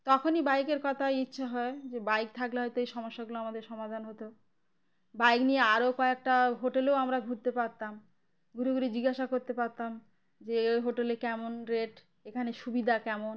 তখনই বাইকের কথা ইচ্ছে হয় যে বাইক থাকলে হয়তো এই সমস্যাগুলো আমাদের সমাধান হতো বাইক নিয়ে আরও কয়েকটা হোটেলেও আমরা ঘুরতে পারতাম ঘুরে ঘুরে জিজ্ঞাসা করতে পারতাম যে ওই হোটেলে কেমন রেট এখানে সুবিধা কেমন